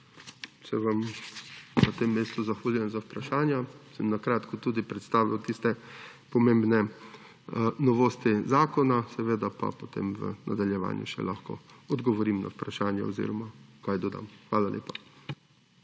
sedaj. Na tem mestu se vam zahvaljujem za vprašanja. Sem na kratko tudi predstavil tiste pomembne novosti zakona, seveda pa potem v nadaljevanju še lahko odgovorim na vprašanja oziroma kaj dodam.